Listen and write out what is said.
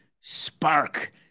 spark